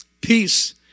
Peace